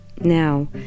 Now